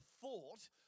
thought